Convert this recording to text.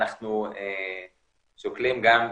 אנחנו שוקלים גם,